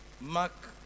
Mark